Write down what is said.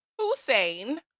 Hussein